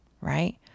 right